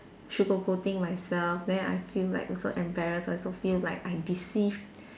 sugar coating myself then I feel like also embarrassed I also feel like I deceived